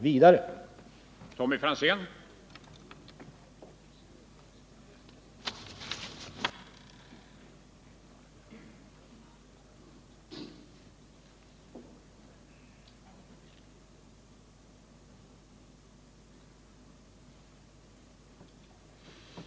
Måndagen den